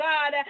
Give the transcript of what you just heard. God